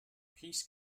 peace